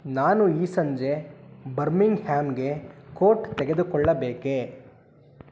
ನಾನು ಈ ಸಂಜೆ ಬರ್ಮಿಂಗ್ಹ್ಯಾಮ್ಗೆ ಕೋಟ್ ತೆಗೆದುಕೊಳ್ಳಬೇಕೇ